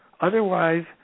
Otherwise